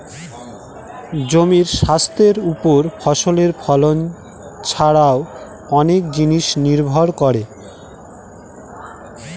জমির স্বাস্থ্যের ওপর ফসলের ফলন ছারাও অনেক জিনিস নির্ভর করে